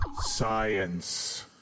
Science